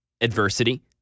adversity